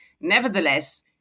Nevertheless